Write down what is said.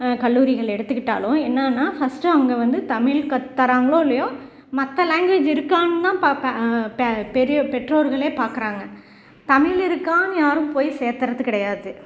கல்லூரிகள் எடுத்துக்கிட்டாலும் என்னென்ன ஃபஸ்ட்டு அவங்க வந்து தமிழ் கற்று தராங்களோ இல்லையோ மற்ற லாங்குவேஜ் இருக்கானு தான் பார்ப்பாங் பே பெரிய பெற்றோர்களே பார்க்குறாங்க தமிழ் இருக்கானு யாரும் போய் சேர்த்துறது கிடையாது